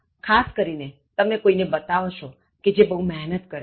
ખાસ કરીને તમે કોઇને બતાવો છો જે બહુ મહેનત કરે છે